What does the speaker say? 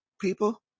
people